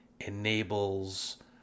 enables